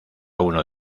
uno